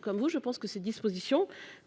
Comme vous, mes chers collègues, je considère que ces dispositions